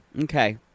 Okay